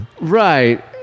Right